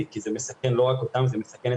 כי זה נמצא בתוך תפריט שאני מתחנך מילד קטן